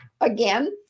again